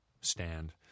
stand